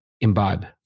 imbibe